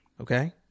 Okay